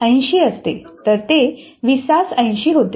तर ते 2080 होते